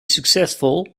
successful